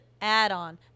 add-on